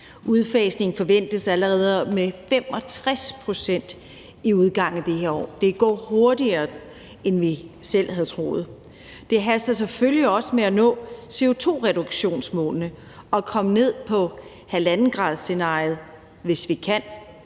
Udfasning forventes allerede foretaget med 65 pct. ved udgangen af dette år. Det går hurtigere, end vi selv havde troet. Det haster selvfølgelig også med at nå CO2-reduktionsmålene og komme ned på scenariet med 1,5